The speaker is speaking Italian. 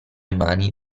mani